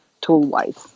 tool-wise